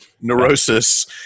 neurosis